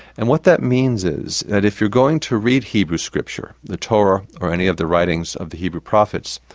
and what that means is, that if you're going to read hebrew scripture, the torah or any of the writings of the hebrew prophets,